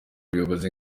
ubushobozi